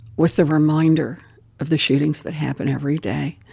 with the reminder of the shootings that happen every day,